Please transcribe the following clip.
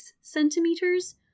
centimeters